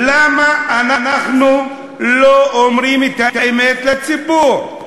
למה אנחנו לא אומרים את האמת לציבור?